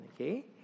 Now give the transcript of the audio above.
okay